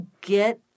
get